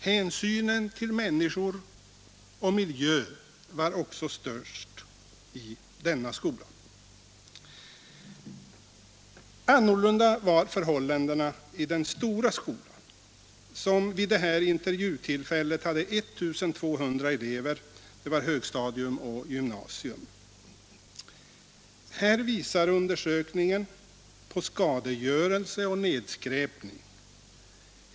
Hänsynen till människor och miljö var även störst i denna skola. Annorlunda var förhållandena i den stora skolan, som vid intervjutillfället hade 1 200 elever — högstadium och gymnasium. Här visar undersökningen på skadegörelse och nedskräpning.